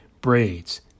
braids